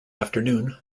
afternoon